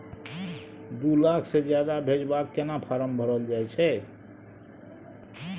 दू लाख से ज्यादा भेजबाक केना फारम भरल जाए छै?